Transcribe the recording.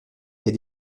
est